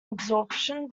absorption